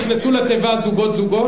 נכנסו לתיבה זוגות זוגות,